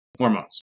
hormones